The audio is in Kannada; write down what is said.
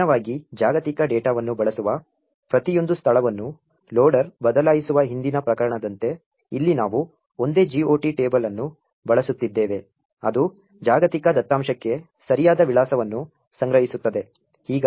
ಭಿನ್ನವಾಗಿ ಜಾಗತಿಕ ಡೇಟಾವನ್ನು ಬಳಸುವ ಪ್ರತಿಯೊಂದು ಸ್ಥಳವನ್ನು ಲೋಡರ್ ಬದಲಾಯಿಸುವ ಹಿಂದಿನ ಪ್ರಕರಣದಂತೆ ಇಲ್ಲಿ ನಾವು ಒಂದೇ GOT ಟೇಬಲ್ ಅನ್ನು ಬಳಸುತ್ತಿದ್ದೇವೆ ಅದು ಜಾಗತಿಕ ದತ್ತಾಂಶಕ್ಕೆ ಸರಿಯಾದ ವಿಳಾಸವನ್ನು ಸಂಗ್ರಹಿಸುತ್ತದೆ